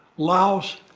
laos,